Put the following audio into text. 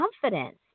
confidence